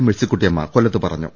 മേഴ്സിക്കുട്ടിയമ്മ കൊല്ലത്ത് പറഞ്ഞു